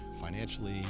financially